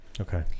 Okay